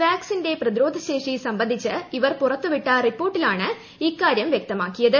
വാക്സിന്റെ പ്രതിരോധശേഷി സംബന്ധിച്ച് ഇവർ പുറത്തുവിട്ട റിപ്പോർട്ടിലാണ് ഇക്കാര്യം വ്യക്തമാക്കിയത്